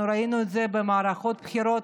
אנחנו ראינו את זה במערכות בחירות,